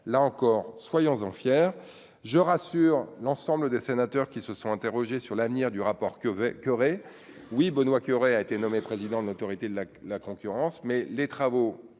là encore, soyons-en fiers je rassure l'ensemble des sénateurs qui se sont interrogées sur l'avenir du rapport Kev écoeuré oui Benoît qui Coeuré a été nommé président de l'Autorité de la la concurrence mais les travaux